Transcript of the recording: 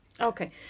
Okay